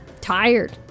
tired